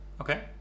okay